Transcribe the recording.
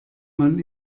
man